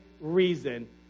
reason